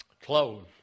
close